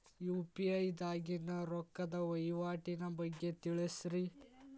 UPI ದಾಗಿನ ರೊಕ್ಕದ ವಹಿವಾಟಿನ ಬಗ್ಗೆ ತಿಳಸ್ರಿ